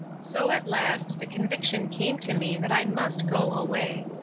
so at last the conviction came to me that i must go away.